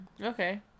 okay